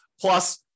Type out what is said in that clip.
Plus